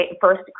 first